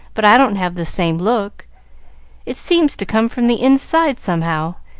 but i don't have the same look it seems to come from the inside, somehow,